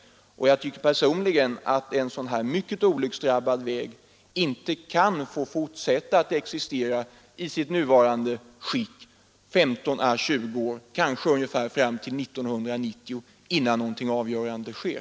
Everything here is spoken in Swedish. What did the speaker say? Jag tycker personligen att en sådan här mycket olycksdrabbad väg inte kan få fortsätta att existera i sitt nuvarande skick 15 å 20 år, kanske fram till 1990, innan någonting avgörande sker.